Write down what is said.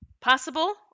possible